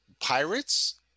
Pirates